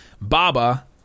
Baba